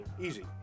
Easy